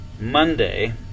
Monday